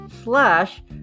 Slash